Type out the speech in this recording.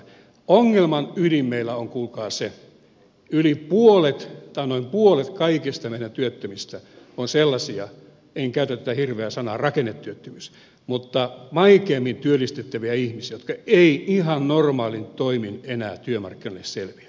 ongelman ydin meillä on kuulkaa se että noin puolet meidän kaikista meidän työttömistä on sellaisia en käytä tätä hirveää sanaa rakennetyöttömyys mutta vaikeimmin työllistettäviä ihmisiä jotka eivät ihan normaalein toimin enää työmarkkinoille selviä